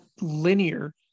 linear